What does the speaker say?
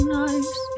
nice